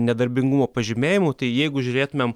nedarbingumo pažymėjimų tai jeigu žiūrėtumėm